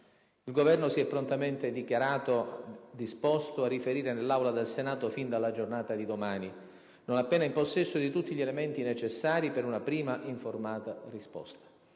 Il Governo si è prontamente dichiarato disposto a riferire nell'Aula del Senato fin dalla giornata di domani, non appena in possesso di tutti gli elementi necessari per una prima, informata risposta.